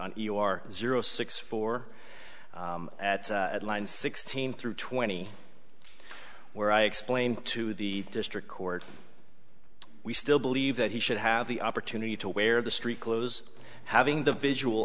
on you are zero six for at line sixteen through twenty where i explained to the district court we still believe that he should have the opportunity to wear the street clothes having the visual